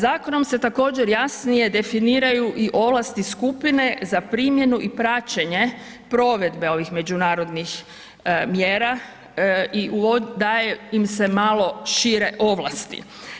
Zakonom se također jasnije definiraju ovlasti skupine za primjenu i praćenje provedbe ovih međunarodnih mjera i da je im se malo šire ovlasti.